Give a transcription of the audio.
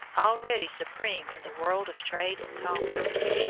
already supreme in the world of trade and commerce.